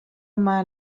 yma